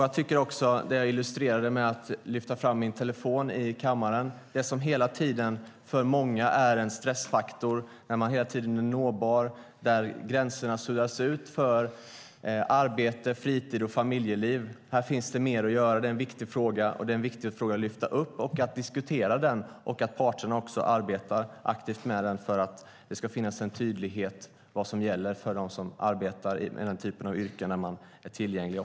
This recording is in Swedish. Jag tycker också, vilket jag illustrerade med att lyfta fram min telefon, att det för många är en stressfaktor att hela tiden vara nåbar. Gränserna suddas ut mellan arbete, fritid och familjeliv. Här finns mer att göra. Det är en viktig fråga att lyfta upp och diskutera. Det är viktigt att också parterna arbetar aktivt med den så att det finns en tydlighet i vad som gäller för dem som arbetar i sådana yrken där man ofta är tillgänglig.